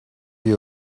you